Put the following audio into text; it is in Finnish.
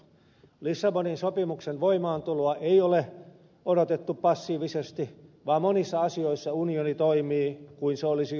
lissabonin sopimuksen voimaantuloa ei ole odotettu passiivisesti vaan monissa asioissa unioni toimii kuin se jo olisi voimassa